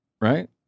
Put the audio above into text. right